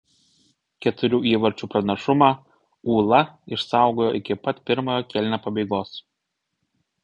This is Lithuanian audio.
keturių įvarčių pranašumą ūla išsaugojo iki pat pirmojo kėlinio pabaigos